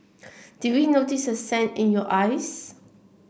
did we notice the sand in your eyes